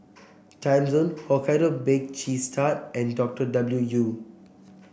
Timezone Hokkaido Baked Cheese Tart and Doctor W U